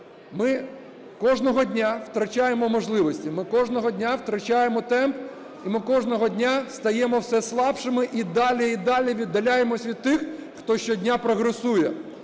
Ми кожного дня втрачаємо можливості. Ми кожного дня втрачаємо темп. І ми кожного дня стаємо все слабшими і далі і далі віддаляємось від тих, хто щодня прогресує.